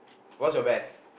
what's your best